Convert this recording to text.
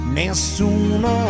nessuno